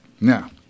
Now